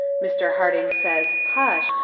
mr. harding says hush,